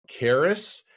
Karis